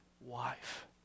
wife